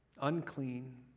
unclean